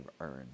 earned